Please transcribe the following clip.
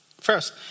first